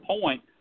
point